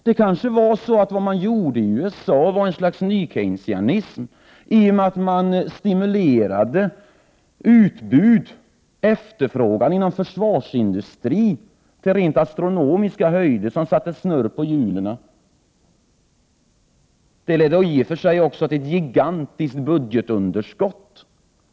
Vad man gjorde i USA skulle kanske kunna kallas för ett slags nykeynesianism, i och med att man stimulerade utbudet, dvs. efterfrågan, inom försvarsindustrin till rent astronomiska siffror, vilket satte snurr på hjulen. Det ledde i och för sig också till ett gigantiskt budgetunderskott.